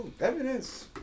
evidence